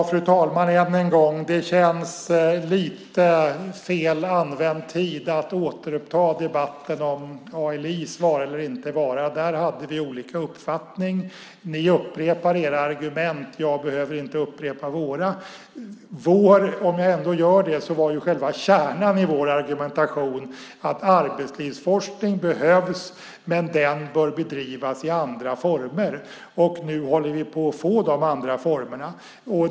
Fru talman! Än en gång: Det känns som lite fel använd tid att återuppta debatten om ALI:s vara eller inte. Där hade vi olika uppfattning. Ni upprepar era argument. Jag behöver inte upprepa våra. Själva kärnan i vår argumentation var att arbetslivsforskning behövs men att den bör bedrivas i andra former. Nu håller vi på att få dessa andra former.